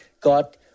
God